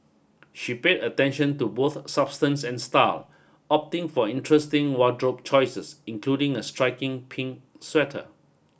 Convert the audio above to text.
she paid attention to both substance and style opting for interesting wardrobe choices including a striking pink sweater